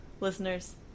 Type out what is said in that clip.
Listeners